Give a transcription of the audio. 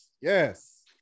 yes